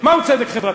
מהו צדק חברתי?